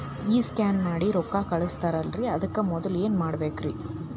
ಈ ಸ್ಕ್ಯಾನ್ ಮಾಡಿ ರೊಕ್ಕ ಕಳಸ್ತಾರಲ್ರಿ ಅದಕ್ಕೆ ಮೊದಲ ಏನ್ ಮಾಡ್ಬೇಕ್ರಿ?